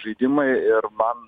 žaidimai ir man